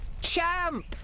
Champ